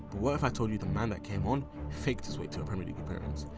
what if i told you the man that came on faked his way to a premier league appearance.